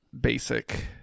Basic